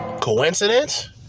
Coincidence